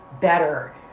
better